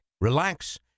relax